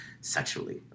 sexually